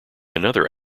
another